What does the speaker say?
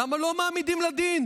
למה לא מעמידים לדין